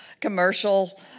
commercial